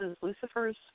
Lucifer's